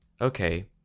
okay